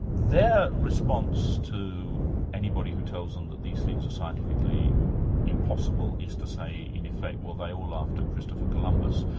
their response to anybody who tells them that these things are scientifically impossible, is to say in effect, well they all laughed at christopher columbus,